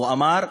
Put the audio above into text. הוא אמר: